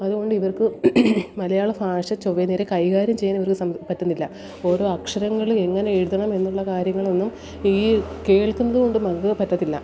അത് കൊണ്ടിവർക്ക് മലയാള ഭാഷ ചൊവ്വേ നേരെ കൈകാര്യം ചെയ്യാൻ ഇവർക്ക് സം പറ്റുന്നില്ല ഓരോ അക്ഷരങ്ങൾ എങ്ങനെ എഴുതണമെന്നുള്ള കാര്യങ്ങളൊന്നും ഈ കേൾക്കുന്നതു കൊണ്ടു മാത്രം പറ്റത്തില്ല